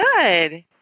Good